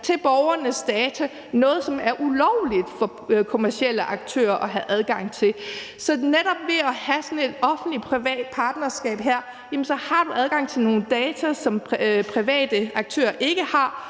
til borgernes data, som er ulovligt for kommercielle aktører at have adgang til. Så netop ved at have sådan et offentlig-privat partnerskab har du adgang til nogle data, som private aktører ikke har.